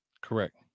Correct